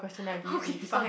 okay fine